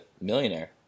Millionaire